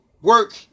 work